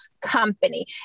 company